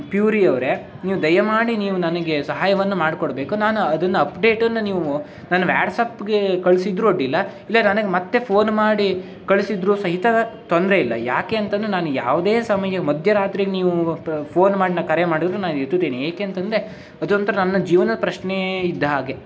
puree ಅವರೆ ನೀವು ದಯಮಾಡಿ ನೀವು ನನಗೆ ಸಹಾಯವನ್ನು ಮಾಡಿಕೊಡ್ಬೇಕು ನಾನು ಅದನ್ನು ಅಪ್ಡೇಟನ್ನು ನೀವು ನನ್ನ ವ್ಯಾಟ್ಸಪ್ಗೆ ಕಳಿಸಿದ್ರೂ ಅಡ್ಡಿಯಿಲ್ಲ ಇಲ್ಲ ನನಗೆ ಮತ್ತೆ ಫೋನ್ ಮಾಡಿ ಕಳಿಸಿದ್ರೂ ಸಹಿತ ತೊಂದರೆ ಇಲ್ಲ ಯಾಕೆ ಅಂತಂದ್ರೆ ನಾನು ಯಾವುದೇ ಸಮಯ ಮಧ್ಯೆ ರಾತ್ರಿಗೆ ನೀವು ಪ ಫೋನ್ ಮಾಡಿ ನ ಕರೆ ಮಾಡಿದ್ರೂ ನಾನು ಎತ್ತುತ್ತೀನಿ ಏಕೆ ಅಂತಂದರೆ ಅದೊಂಥರ ನನ್ನ ಜೀವನದ ಪ್ರಶ್ನೆ ಇದ್ದ ಹಾಗೆ